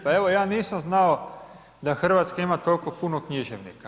Pa evo ja nisam znao da Hrvatska ima toliko puno književnika.